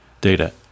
Data